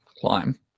climb